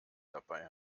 dabei